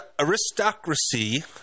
Aristocracy